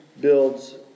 builds